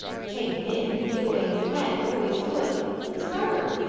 tain't him he'd give away his head, and always would it's her.